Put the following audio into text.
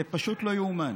זה פשוט לא יאומן.